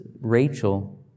Rachel